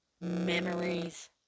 memories